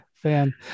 fan